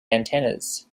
antennas